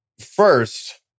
first